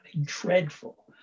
dreadful